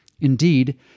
Indeed